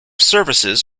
services